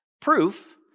proof